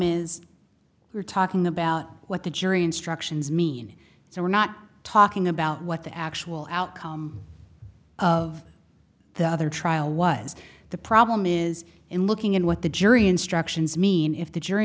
is we're talking about what the jury instructions mean so we're not talking about what the actual outcome of the other trial was the problem is in looking at what the jury instructions mean if the jury